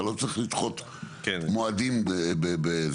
אתה לא צריך לדחות מועדים בזה,